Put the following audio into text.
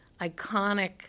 iconic